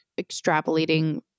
extrapolating